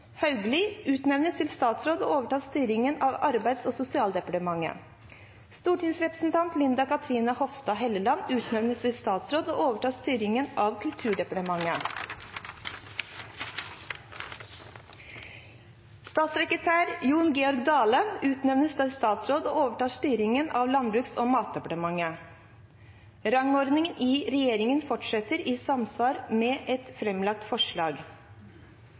Hauglie utnevnes til statsråd og overtar styret av Arbeids- og sosialdepartementet. 7. Stortingsrepresentant Linda Cathrine Hofstad Helleland utnevnes til statsråd og overtar styret av Kulturdepartementet. 8. Statssekretær Jon Georg Dale utnevnes til statsråd og overtar styret av Landbruks- og matdepartementet. 9. Rangordningen i regjeringen fastsettes i samsvar med et framlagt forslag.